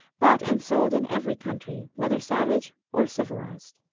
bought and sold in every country, whether savage or civilized.